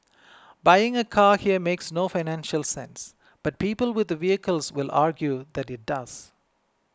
buying a car here makes no financial sense but people with vehicles will argue that it does